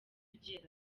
ugera